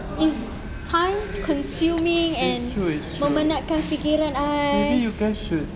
it's time consuming and memenatkan fikiran I